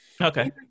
okay